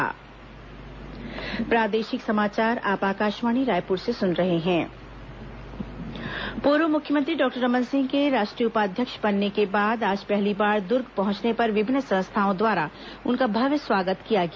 रमन सिंह दुर्ग पूर्व मुख्यमंत्री डॉक्टर रमन सिंह के राष्ट्रीय उपाध्यक्ष बनने के बाद आज पहली बार दुर्ग पहुंचने पर विभिन्न संस्थाओं द्वारा उनका भव्य स्वागत किया गया